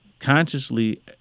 consciously